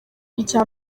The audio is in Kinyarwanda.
icya